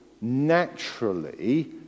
naturally